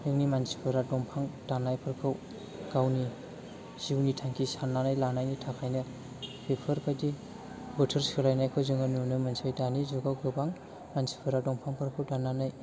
जोंनि मानसिफोरा दंफां दाननायफोरखौ गावनि जिउनि थांखि साननानै लानायनि थाखायनो बेफोरबायदि बोथोर सोलायनाय खौ जोङो नुनो मोनसै दानि जुगाव गोबां मानसिफोरा दंफांफोरखौ दाननानै